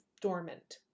dormant